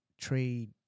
trade